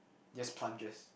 just plunges